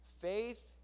Faith